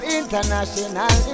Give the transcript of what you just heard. international